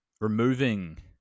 removing